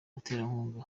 abaterankunga